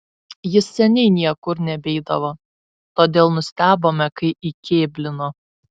jis seniai niekur nebeidavo todėl nustebome kai įkėblino